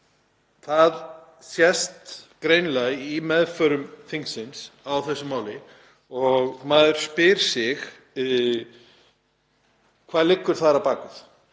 Það sést greinilega í meðförum þingsins á þessu máli og maður spyr sig hvað liggi þar að baki.